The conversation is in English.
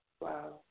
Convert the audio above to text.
Wow